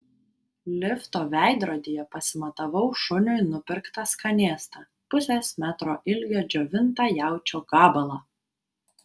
lifto veidrodyje pasimatavau šuniui nupirktą skanėstą pusės metro ilgio džiovintą jaučio gabalą